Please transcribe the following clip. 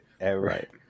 Right